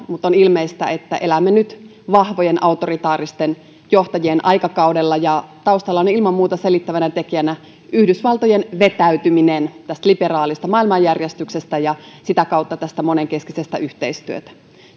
mutta on ilmeistä että elämme nyt vahvojen autoritaaristen johtajien aikakaudella ja taustalla on ilman muuta selittävänä tekijänä yhdysvaltojen vetäytyminen liberaalista maailmanjärjestyksestä ja sitä kautta tästä monenkeskisestä